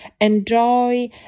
enjoy